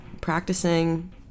practicing